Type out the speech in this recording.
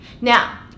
Now